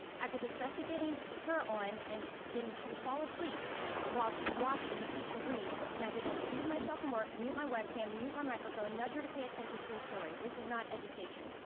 after the stress of getting her on, and then she would fall asleep while she was watching her teacher read. and i did excuse myself from work, mute my webcam, mute my microphone, nudge her to pay attention to a story. this is not education.